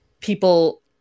people